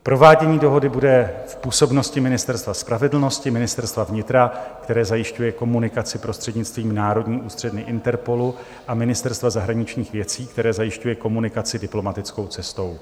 Provádění dohody bude v působnosti Ministerstva spravedlnosti, Ministerstva vnitra, které zajišťuje komunikaci prostřednictvím Národní ústředny Interpolu a Ministerstva zahraničních věcí, které zajišťuje komunikaci diplomatickou cestou.